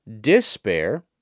despair